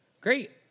Great